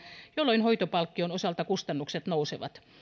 jolloin hoitopalkkion osalta kustannukset nousevat